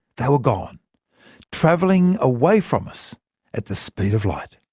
they were gone travelling away from us at the speed of light.